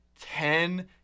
ten